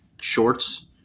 shorts